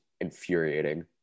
infuriating